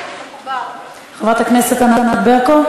חברת הכנסת ענת ברקו?